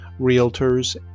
realtors